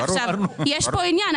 יש פה עניין.